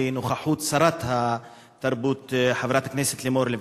בנוכחות שרת התרבות חברת הכנסת לימור לבנת.